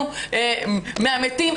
כמה ילדים?